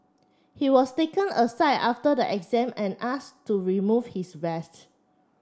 he was taken aside after the exam and asked to remove his vest